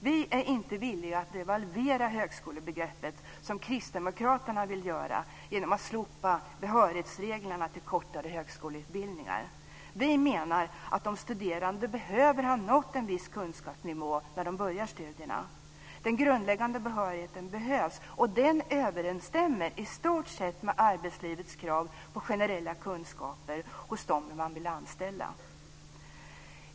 Vi är inte villiga att devalvera högskolebegreppet, som ju Kristdemokraterna vill göra, genom att slopa behörighetsreglerna vad gäller kortare högskoleutbildningar. Vi menar att de studerande behöver ha nått en viss kunskapsnivå när de påbörjar studierna. Den grundläggande behörigheten behövs, och den överensstämmer i stort sett med arbetslivets krav på generella kunskaper hos dem som man vill anställa.